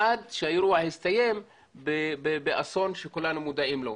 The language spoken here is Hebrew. עד שהאירוע הסתיים באסון שכולנו מודעים לו.